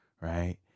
right